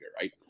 right